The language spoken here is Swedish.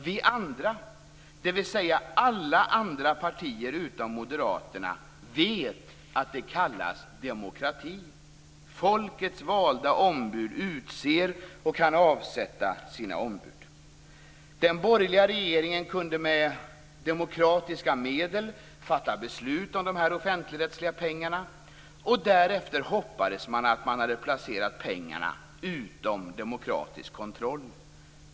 Vi andra, dvs. alla partier utom Moderaterna, vet att det kallas demokrati. Folkets valda ombud utser och kan avsätta sina ombud. Den borgerliga regeringen kunde med demokratiska medel fatta beslut om dessa offentligrättsliga pengar. Därefter hoppades man att man hade placerat pengarna utom demokratisk kontroll.